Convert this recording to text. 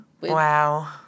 Wow